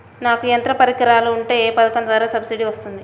నాకు యంత్ర పరికరాలు ఉంటే ఏ పథకం ద్వారా సబ్సిడీ వస్తుంది?